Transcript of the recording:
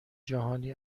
جهانی